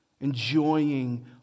enjoying